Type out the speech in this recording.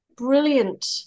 brilliant